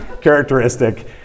characteristic